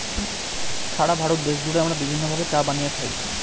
সারা ভারত দেশ জুড়ে আমরা বিভিন্ন ভাবে চা বানিয়ে খাই